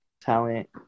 talent